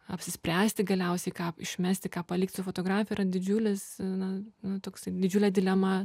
apsispręsti galiausiai ką išmesti ką palikt su fotografija yra didžiulis na na toksai didžiulė dilema